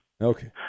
Okay